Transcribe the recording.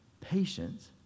patience